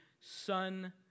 Son